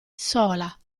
sola